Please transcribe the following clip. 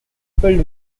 filled